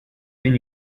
been